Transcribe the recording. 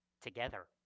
Together